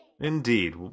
Indeed